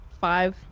five